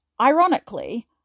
ironically